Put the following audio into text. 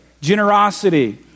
generosity